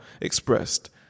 expressed